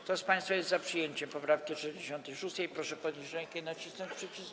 Kto z państwa jest za przyjęciem poprawki 66., proszę podnieść rękę i nacisnąć przycisk.